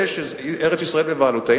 זה שארץ-ישראל בבעלותנו,